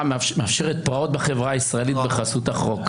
מאפשרת פרעות בחברה הישראלית בחסות החוק.